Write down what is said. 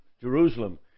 Jerusalem